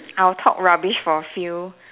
I will talk rubbish for a few